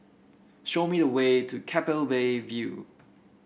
show me the way to Keppel View